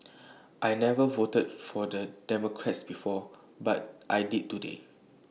I never voted for the Democrat before but I did today